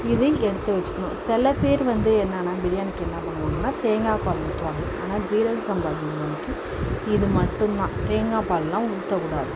இது எடுத்து வைச்சுக்கணும் சில பேர் வந்து என்னென்னா பிரியாணிக்கு வந்து என்ன பண்ணுவாங்கன்னால் தேங்காய் பால் ஊற்றுவாங்க ஆனால் சீரக சம்பா பிரியாணிக்கு இது மட்டும்தான் தேங்காய்ப்பால் எல்லாம் ஊற்றக்கூடாது